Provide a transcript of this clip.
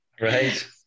Right